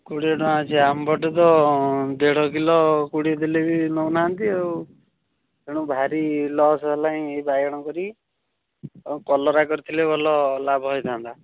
କୋଡ଼ିଏ ଟଙ୍କା ଅଛି ଆମ ପଟେ ତ ଦେଢ କିଲୋ କୋଡ଼ିଏ ଦେଲେ ବି ନେଉନାହାନ୍ତି ଆଉ ତେଣୁ ଭାରି ଲସ୍ ହେଲାଣି ଏଇ ବାଇଗଣ କରିକି କଲରା କରିଥିଲେ ଭଲ ଲାଭ ହୋଇଥାନ୍ତା